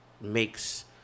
makes